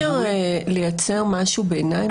אי-אפשר לייצר משהו ביניים,